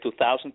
2000